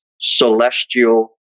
celestial